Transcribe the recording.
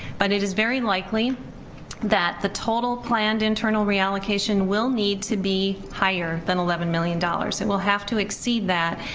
but it is very likely that the total planned internal reallocation will need to be higher than eleven million dollars. it will have to exceed that,